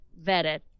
vetted